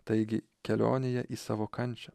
taigi kelionėje į savo kančią